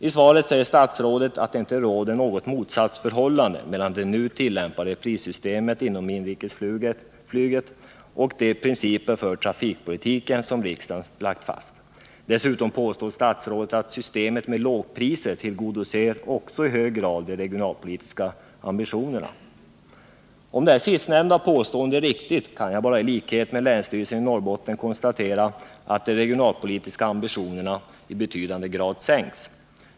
I svaret säger statsrådet att det inte råder något motsatsförhållande mellan det nu tillämpade prissystemet inom inrikesflyget och de principer för trafikpolitiken som riksdagen lagt fast. Dessutom påstår statsrådet att systemet med lågpriser också i hög grad tillgodoser de regionalpolitiska ambitionerna. Om det sistnämnda påståendet är riktigt, kan jag bara i likhet med 63 länsstyrelsen i Norrbotten konstatera att de regionalpolitiska ambitionerna i betydande grad har sänkts.